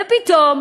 ופתאום